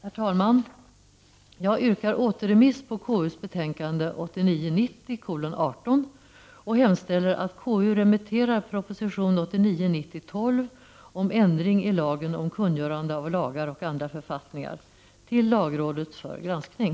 Herr talman! Jag yrkar återremiss av KU:s betänkande 1989 90:12 om ändring i lagen om kungörande av lagar och andra författningar till lagrådet för granskning.